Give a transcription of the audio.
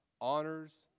Honors